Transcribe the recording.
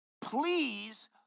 please